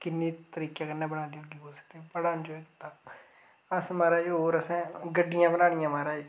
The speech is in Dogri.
किन्ने तरिके कन्नै बनाई दी होङन कुसै बड़ा इंजाय कीता अस महाराज होर असें गड्ढियां बनानियां महाराज